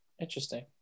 interesting